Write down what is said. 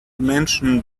mention